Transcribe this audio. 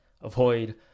avoid